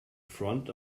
front